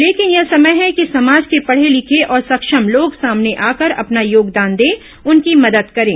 लेकिन यह समय है कि समाज के पढ़े लिखे और सक्षम लोग सामने आकर अपना योगदान दें उनकी मदद करें